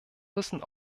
wissen